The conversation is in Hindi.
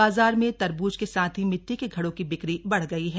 बाजार में तरब्ज के साथ ही मिट्टी के घड़ों की बिक्री बढ़ गई है